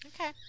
Okay